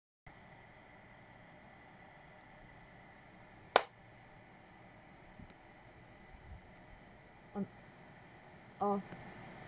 mm oh